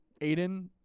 Aiden